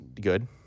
good